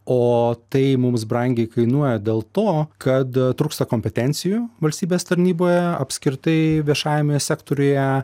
o tai mums brangiai kainuoja dėl to kad trūksta kompetencijų valstybės tarnyboje apskritai viešajame sektoriuje